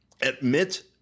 admit